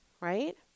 right